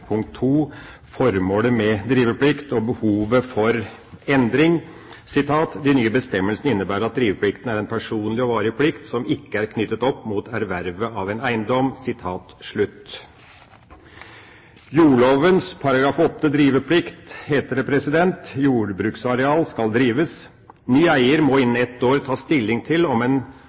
punkt 2, formålet med driveplikten – behovet for endringer: «De nye bestemmelsene innebærer at driveplikten er en personlig og varig plikt som ikke er knyttet opp mot ervervet av en eiendom.» I jordlovens § 8, driveplikt, heter det: «Jordbruksareal skal drivast. Ny eigar må innan eitt år ta stilling til om